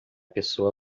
pessoa